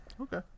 Okay